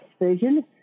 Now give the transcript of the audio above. version